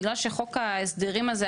בגלל שחוק ההסדרים הזה,